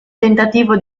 tentativo